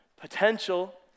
potential